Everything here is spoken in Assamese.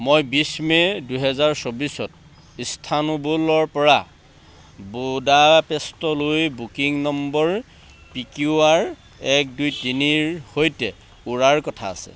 মই বিছ মে দুহেজাৰ চৌবিছত ইস্তানবুলৰপৰা বুদাপেষ্টলৈ booking number P Q R এক দুই তিনিৰ সৈতে উৰাৰ কথা আছে